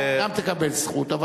גם תקבל זכות.